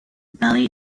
valley